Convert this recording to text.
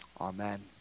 Amen